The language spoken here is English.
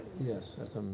Yes